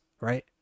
right